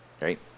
right